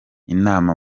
inama